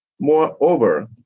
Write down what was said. Moreover